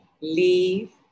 leave